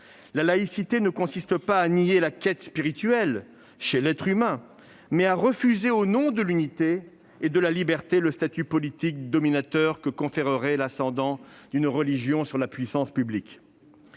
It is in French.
La laïcité consiste non pas à nier la quête spirituelle chez l'être humain mais à refuser, au nom de l'unité et de la liberté, le statut politique dominateur que conférerait l'ascendant d'une religion sur la puissance publique.